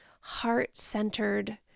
heart-centered